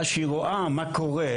העובדה שהיא רואה מה קורה,